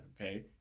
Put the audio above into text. okay